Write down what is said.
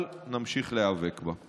אבל נמשיך להיאבק בה.